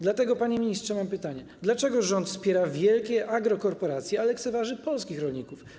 Dlatego, panie ministrze, mam pytanie: Dlaczego rząd wspiera wielkie agrokorporacje, a lekceważy polskich rolników?